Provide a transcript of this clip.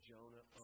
Jonah